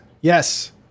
Yes